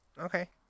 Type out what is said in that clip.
Okay